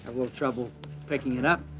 little trouble picking it up.